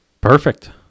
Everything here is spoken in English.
Perfect